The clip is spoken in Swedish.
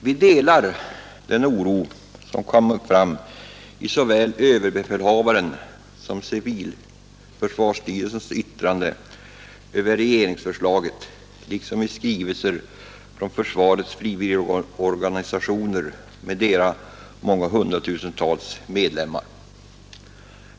Vi delar den oro som kommit fram i såväl överbefälhavarens som civilförsvarsstyrelsens yttran de över regeringsförslaget liksom i skrivelser från försvarets frivilligorganisationer med deras hundratusentals medlemmar.